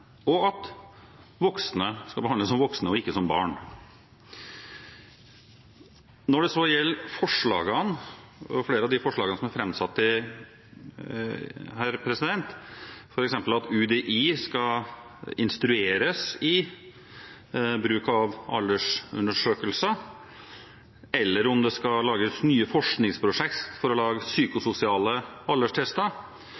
ikke som voksne, og at voksne skal behandles som voksne og ikke som barn. Når det gjelder flere av forslagene som er framsatt, f.eks. at UDI skal instrueres i bruk av aldersundersøkelser, eller at det skal lages nye forskningsprosjekt for å lage